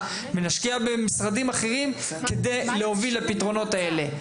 ובמשרדים אחרים כדי להוביל לפתרונות האלה.